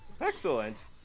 Excellent